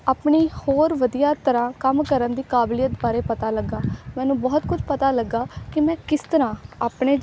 ਆਪਣੀ ਹੋਰ ਵਧੀਆ ਤਰ੍ਹਾਂ ਕੰਮ ਕਰਨ ਦੀ ਕਾਬਲੀਅਤ ਬਾਰੇ ਪਤਾ ਲੱਗਿਆ ਮੈਨੂੰ ਬਹੁਤ ਕੁਝ ਪਤਾ ਲੱਗਿਆ ਕਿ ਮੈਂ ਕਿਸ ਤਰ੍ਹਾਂ ਆਪਣੇ